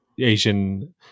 Asian